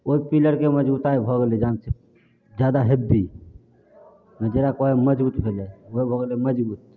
ओहि पिलरके मजबुताए भऽ गेलै जादा हैवी ज्यादा मजबूत भेलै ओ भऽ गेलै मजबूत